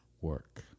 work